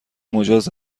مجاز